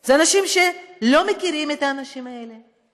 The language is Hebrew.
הם אנשים שלא מכירים את האנשים האלה,